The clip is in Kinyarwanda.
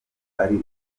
ari